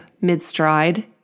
mid-stride